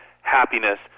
happiness